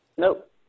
Nope